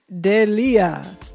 Delia